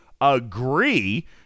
agree